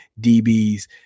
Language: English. DBs